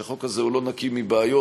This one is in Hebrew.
שהחוק הזה אינו נקי מבעיות.